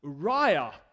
Uriah